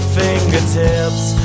fingertips